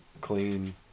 clean